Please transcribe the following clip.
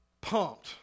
pumped